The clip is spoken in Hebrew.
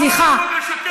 סליחה.